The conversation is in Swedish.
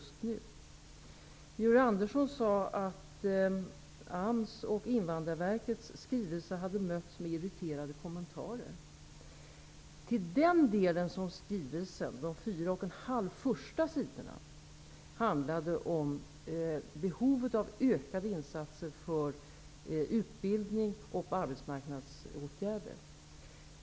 Georg Andersson sade att AMS och Invandrarverkets skrivelse har mötts med irriterade kommentarer. De fyra och en halv första sidorna i skrivelsen handlade om behovet av ökade insatser för utbildning och arbetsmarknadsåtgärder.